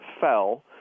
fell